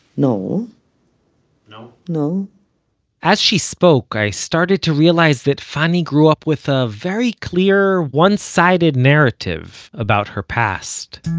no no? no as she spoke, i started to realize that fanny grew up with a very clear, one-sided, narrative about her past.